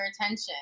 attention